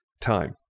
time